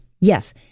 yes